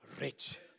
Rich